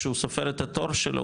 כשהוא סופר את התור שלו,